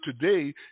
today